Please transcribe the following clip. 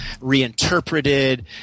reinterpreted